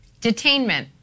Detainment